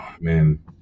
man